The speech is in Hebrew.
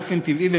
באופן טבעי,